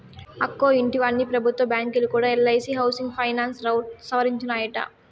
అక్కో ఇంటివా, అన్ని పెబుత్వ బాంకీలు కూడా ఎల్ఐసీ హౌసింగ్ ఫైనాన్స్ రౌట్ సవరించినాయట